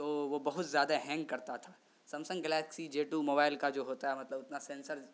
تو وہ بہت زیادہ ہینگ کرتا تھا Samsung Galaxy J two mobile کا جو ہوتا ہے مطلب اتنا سینسر